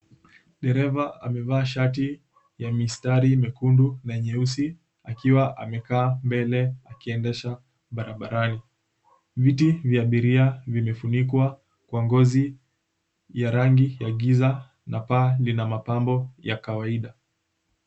Dereva amevaa shati ya mistari mekundu na nyeusi akiwa amekaa mbele akiendesha barabarani. Viti vya abiria vimefunikwa kwa ngozi ya rangi ya giza na paa lina mapambo ya kawaida.